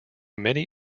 many